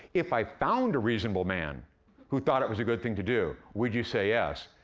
if i found a reasonable man who thought it was a good thing to do, would you say yes?